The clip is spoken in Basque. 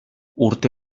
urte